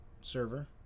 server